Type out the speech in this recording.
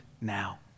now